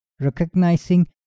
recognizing